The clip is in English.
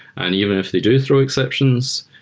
and even if they do throw exceptions,